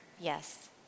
yes